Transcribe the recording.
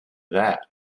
that